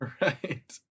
right